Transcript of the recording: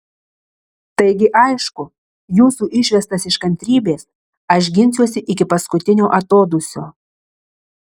taigi aišku jūsų išvestas iš kantrybės aš ginsiuosi iki paskutinio atodūsio